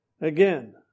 Again